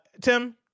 Tim